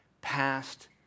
past